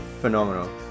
Phenomenal